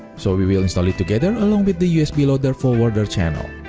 so we will install it together along with the usb loader forwarder channel.